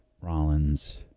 Rollins